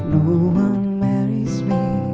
marries me